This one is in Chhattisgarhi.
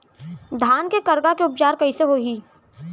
धान के करगा के उपचार कइसे होही?